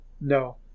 no